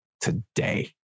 today